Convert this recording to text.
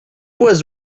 was